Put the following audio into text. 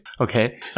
Okay